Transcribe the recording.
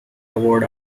award